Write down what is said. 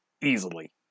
easily